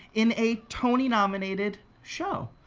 in a tony nominated show?